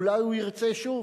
אולי הוא ירצה שוב,